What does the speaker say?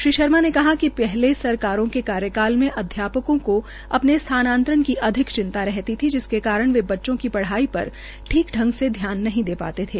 श्री शर्मा ने कहा कि पहले सरकारों के कार्यकाल में अध्यापकों को अपने स्थानांतरण की अधिक चिंता रही थी जिसके कारण वे बच्चों की पढ़ाई पर ठीक ढंग से ध्यान नहीं दे पाते थे